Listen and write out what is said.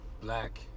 black